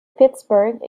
pittsburgh